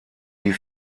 die